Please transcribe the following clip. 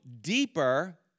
deeper